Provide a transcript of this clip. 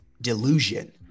delusion